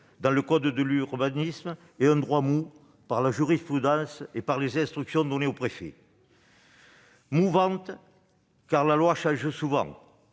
dans le code de l'urbanisme, et un droit mou, par la jurisprudence et les instructions données aux préfets ; mouvante, parce que les lois changent souvent